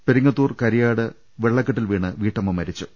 പെരിങ്ങത്തൂർ കരിയാട് വെള്ളക്കെട്ടിൽ വീണ് വീട്ടമ്മ മരിച്ചു